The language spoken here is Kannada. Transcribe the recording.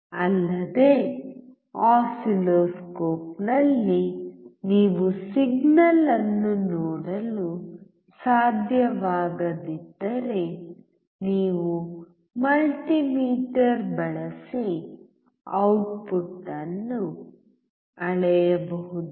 ಅಲ್ಲದೆ ಆಸಿಲ್ಲೋಸ್ಕೋಪ್ನಲ್ಲಿ ನೀವು ಸಿಗ್ನಲ್ ಅನ್ನು ನೋಡಲು ಸಾಧ್ಯವಾಗದಿದ್ದರೆ ನೀವು ಮಲ್ಟಿಮೀಟರ್ ಬಳಸಿ ಔಟ್ಪುಟ್ ಅನ್ನು ಅಳೆಯಬಹುದು